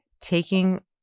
taking